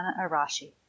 Arashi